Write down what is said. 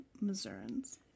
Missourians